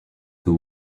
the